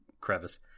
crevice